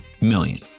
million